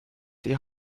die